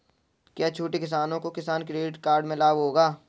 क्या छोटे किसानों को किसान क्रेडिट कार्ड से लाभ होगा?